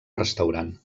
restaurant